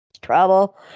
trouble